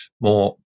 more